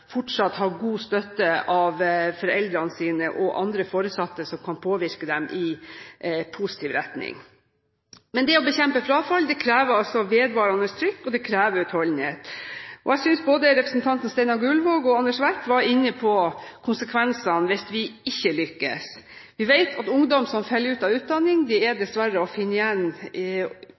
fortsatt har god støtte av foreldrene sine og andre foresatte som kan påvirke dem i positiv retning. Men det å bekjempe frafall krever altså vedvarende trykk, og det krever utholdenhet. Jeg synes både representanten Steinar Gullvåg og Anders B. Werp var inne på konsekvensene hvis vi ikke lykkes. Vi vet at ungdom som faller ut av utdanning, dessverre er å finne igjen